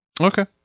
Okay